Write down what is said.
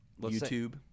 YouTube